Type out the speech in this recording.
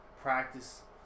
practice